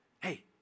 Hey